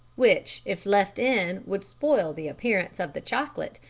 which if left in would spoil the appearance of the chocolate,